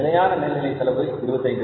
நிலையான மேல் நிலை செலவு 0